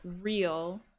real